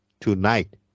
tonight